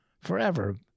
forever